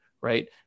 right